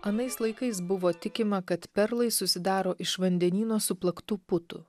anais laikais buvo tikima kad perlai susidaro iš vandenyno suplaktų putų